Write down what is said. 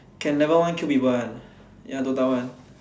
can never one kill people one ya DOTA one